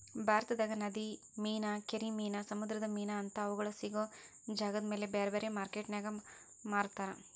ಭಾರತದಾಗ ನದಿ ಮೇನಾ, ಕೆರಿ ಮೇನಾ, ಸಮುದ್ರದ ಮೇನಾ ಅಂತಾ ಅವುಗಳ ಸಿಗೋ ಜಾಗದಮೇಲೆ ಬ್ಯಾರ್ಬ್ಯಾರೇ ಮಾರ್ಕೆಟಿನ್ಯಾಗ ಮಾರ್ತಾರ